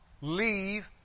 leave